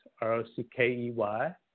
R-O-C-K-E-Y